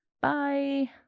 Bye